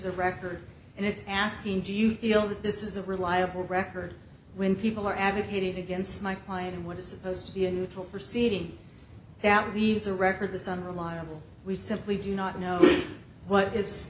the record and it's asking do you feel that this is a reliable record when people are advocating against my client and what is supposed to be a neutral proceeding that leaves a record this unreliable we simply do not know what is